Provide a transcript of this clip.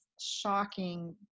shocking